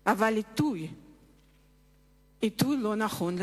אבל העיתוי לגמרי לא נכון.